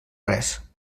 res